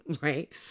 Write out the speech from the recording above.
right